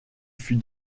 fut